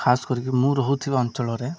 ଖାସ କରିକି ମୁଁ ରହୁଥିବା ଅଞ୍ଚଳରେ